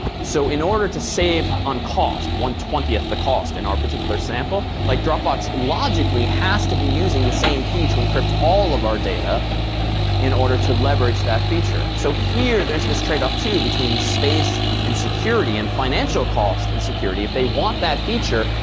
so in order to save on cost, one twentieth the cost in and our particular sample, like dropbox logically has to be using the same key to encrypt all of our data in order to leverage that feature. so here there's this trade too between space and security and financial cost and security. if they want that feature,